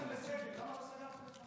כשהכנסתם לסגר, למה לא סגרתם את נתב"ג?